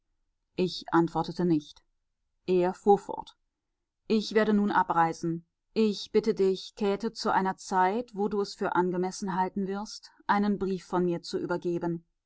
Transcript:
ich antwortete nicht er fuhr fort ich werde nun abreisen ich bitte dich käthe zu einer zeit wo du es für angemessen halten wirst einen brief von mir zu übergeben